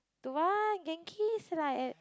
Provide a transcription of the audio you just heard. don't want Genki is like at